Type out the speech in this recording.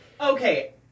Okay